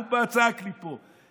הוא פסק לי פה.